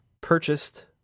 purchased